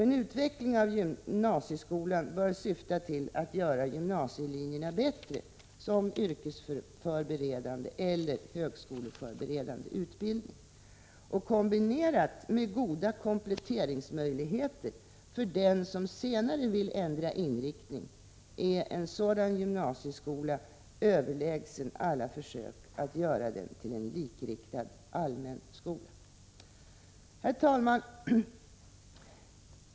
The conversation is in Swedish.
En utveckling av gymnasieskolan bör syfta till att göra gymnasielinjerna bättre som yrkesförberedande eller högskoleförberedande utbildning. Kombinerad med goda kompletteringsmöjligheter för den som senare vill ändra inriktning är en sådan gymnasieskola överlägsen alla försök att göra den till en likriktad allmän skola. Herr talman!